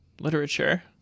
Literature